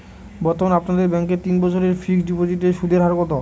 বর্তমানে আপনাদের ব্যাঙ্কে তিন বছরের ফিক্সট ডিপোজিটের সুদের হার কত?